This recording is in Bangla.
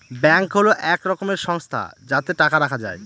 ব্যাঙ্ক হল এক রকমের সংস্থা যাতে টাকা রাখা যায়